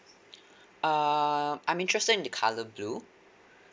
err I'm interested in the colour blue